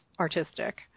artistic